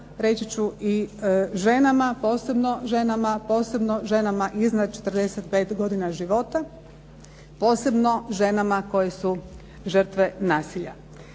posebno ženama, posebno ženama iznad 45 godina života, posebno ženama koje su žrtve nasilja.